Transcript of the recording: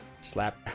Slap